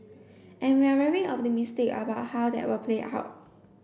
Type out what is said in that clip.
and we're very optimistic about how that will play